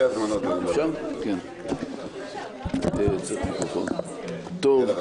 זאת הזדמנות שוב להגיד תודה לכל